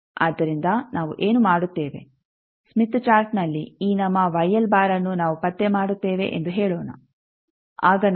ಆದ್ದರಿಂದ ನಾವು ಏನು ಮಾಡುತ್ತೇವೆ ಸ್ಮಿತ್ ಚಾರ್ಟ್ನಲ್ಲಿ ಈ ನಮ್ಮ ಅನ್ನು ನಾವು ಪತ್ತೆ ಮಾಡುತ್ತೇವೆ ಎಂದು ಹೇಳೋಣ ಆಗ ನಾನು